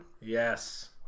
Yes